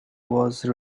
was